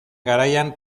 garaian